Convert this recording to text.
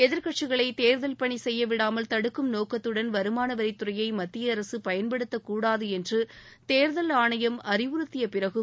எதிர்க்கட்சிகளை தேர்தல் பணி செய்யவிடாமல் தடுக்கும் நோக்கத்துடன் வருமான வரித்துறையை மத்திய அரசு பயன்படுத்தக்கூடாது என்று தேர்தல் ஆணையம் அறிவுறுத்திய பிறகும்